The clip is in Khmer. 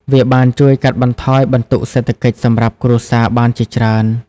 វាបានជួយកាត់បន្ថយបន្ទុកសេដ្ឋកិច្ចសម្រាប់គ្រួសារបានជាច្រើន។